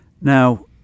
Now